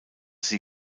sie